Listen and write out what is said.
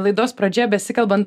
laidos pradžia besikalbant